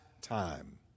time